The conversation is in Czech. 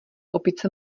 opice